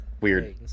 weird